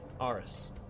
Aris